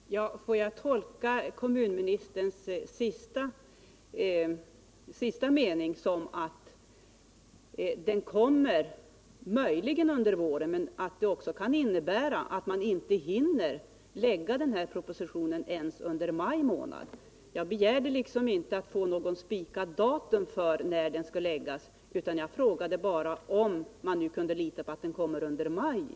Herr talman! Får jag tolka kommunministerns sista mening i det senaste anförandet så, att propositionen möjligen kommer under våren, men att uttalandet också kan innebära att man inte hinner framlägga propositionen ens under maj månad? Jag begärde inte att få någon viss dag spikad för när propositionen skall läggas fram, utan jag frågade bara om vi kan lita på att den i varje fall kommer under maj.